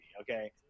Okay